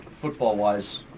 football-wise